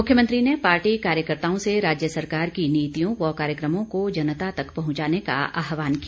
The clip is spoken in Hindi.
मुख्यमंत्री ने पार्टी कार्यकर्ताओं से राज्य सरकार की नीतियों व कार्यक्रमों को जनता तक पहंचाने का आहवान भी किया